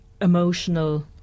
emotional